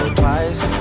twice